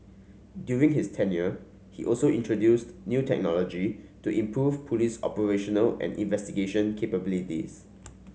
during his tenure he also introduced new technology to improve police operational and investigation capabilities